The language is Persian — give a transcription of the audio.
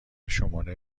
شماره